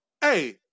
Hey